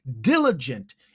diligent